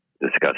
discuss